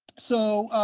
so